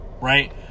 Right